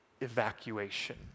evacuation